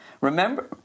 Remember